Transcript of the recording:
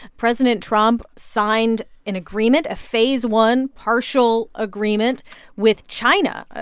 president trump signed an agreement, a phase one partial agreement with china,